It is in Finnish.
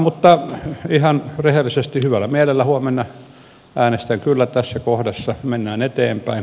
mutta ihan rehellisesti hyvällä mielellä huomenna äänestän kyllä tässä kohdassa mennään eteenpäin